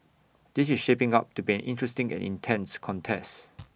this is shaping up to be an interesting and intense contest